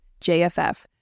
JFF